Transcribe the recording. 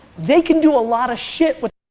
they can do a lot of shit with